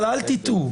אבל אל תטעו,